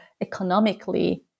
economically